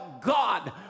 God